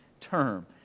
term